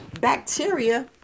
bacteria